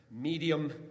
medium